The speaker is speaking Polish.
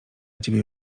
ciebie